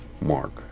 Mark